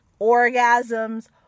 orgasms